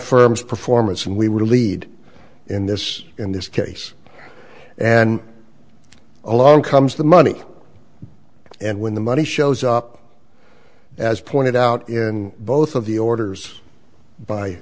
firm's performance and we were lead in this in this case and along comes the money and when the money shows up as pointed out in both of the orders by